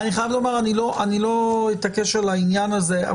אני חייב לומר שאני לא אתעקש על העניין הזה.